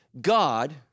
God